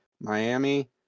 Miami